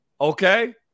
Okay